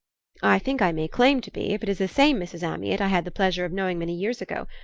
i think i may claim to be, if it is the same mrs. amyot i had the pleasure of knowing many years ago.